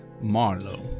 Marlow